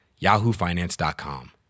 yahoofinance.com